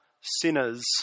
sinners